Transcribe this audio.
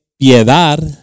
piedad